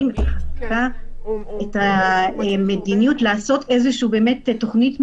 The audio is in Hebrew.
--- את המדיניות, לעשות תוכנית מתכלת.